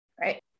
right